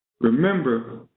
remember